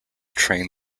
train